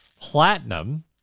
Platinum